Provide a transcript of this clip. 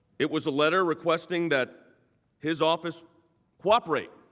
it was a letter requesting that his office cooperate.